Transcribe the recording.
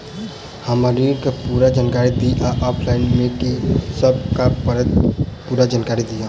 हम्मर ऋण केँ पूरा जानकारी दिय आ ऑफलाइन मे की सब करऽ पड़तै पूरा जानकारी दिय?